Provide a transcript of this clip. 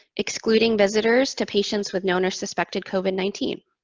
excluding visitors to patients with known or suspected covid nineteen,